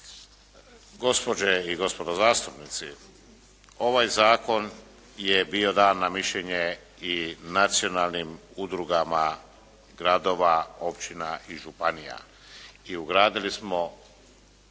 Gospođe i gospodo zastupnici ovaj zakon je bio dan na mišljenje i nacionalnim udrugama gradova, općina i županija i ugradili smo